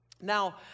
Now